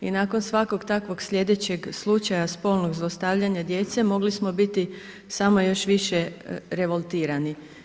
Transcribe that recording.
I nakon svakog takvog slijedećeg slučaja spolnog zlostavljanja djece, mogli smo biti samo još više revoltirani.